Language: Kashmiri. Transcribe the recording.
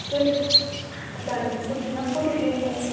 تُہۍ چُھو اسلامُ علیکم تُہۍ چھُو نا فوٹوگرافَر